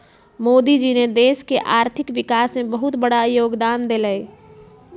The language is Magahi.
मोदी जी ने देश के आर्थिक विकास में बहुत बड़ा योगदान देलय